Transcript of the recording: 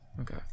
Okay